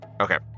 Okay